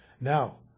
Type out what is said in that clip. Now